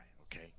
okay